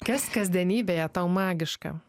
kas kasdienybėje tau magiška